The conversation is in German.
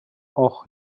och